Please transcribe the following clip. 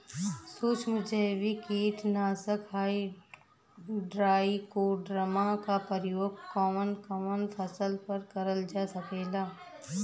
सुक्ष्म जैविक कीट नाशक ट्राइकोडर्मा क प्रयोग कवन कवन फसल पर करल जा सकेला?